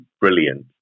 brilliant